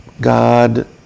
God